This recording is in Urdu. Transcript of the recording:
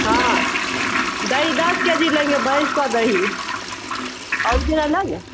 ہاں دہی دس کے جی لیں گے بھینس کا دہی اوریجنل ہے نا